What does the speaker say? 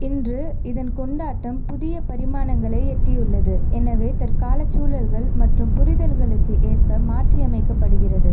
இன்று இதன் கொண்டாட்டம் புதிய பரிமாணங்களை எட்டியுள்ளது எனவே தற்காலச் சூழல்கள் மற்றும் புரிதல்களுக்கு ஏற்ப மாற்றியமைக்கப்படுகிறது